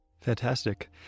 Fantastic